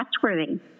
trustworthy